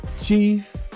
Chief